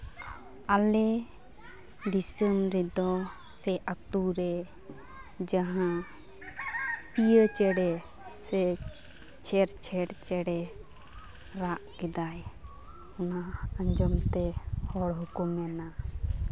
ᱟᱞᱮ ᱫᱤᱥᱚᱢ ᱨᱮᱫᱚ ᱥᱮ ᱟᱹᱛᱩ ᱨᱮ ᱡᱟᱦᱟᱸ ᱯᱤᱭᱚ ᱪᱮᱬᱮ ᱥᱮ ᱪᱷᱮᱨ ᱪᱷᱮᱨ ᱪᱮᱬᱮ ᱨᱟᱜ ᱠᱮᱫᱟᱭ ᱚᱱᱟ ᱟᱡᱚᱢ ᱛᱮ ᱦᱚᱲ ᱦᱚᱸᱠᱚ ᱢᱮᱱᱟ